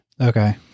Okay